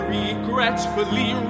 regretfully